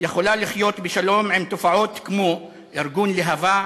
יכולה לחיות בשלום עם תופעות כמו ארגון להב"ה